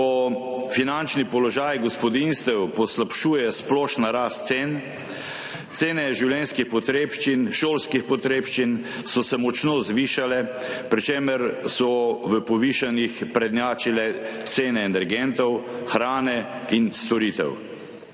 ko finančni položaj gospodinjstev poslabšuje splošna rast cen. Cene življenjskih potrebščin, šolskih potrebščin so se močno zvišale, pri čemer so v povišanjih prednjačile cene energentov, hrane in storitev.